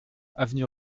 avenue